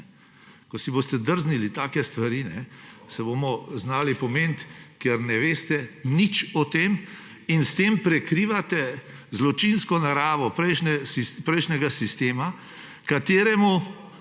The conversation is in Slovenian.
ko si boste drznili take stvari, se bomo znali pomeniti, ker ne veste nič o tem in s tem prekrivate zločinsko naravo prejšnjega sistema, ki vam